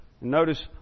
Notice